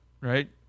Right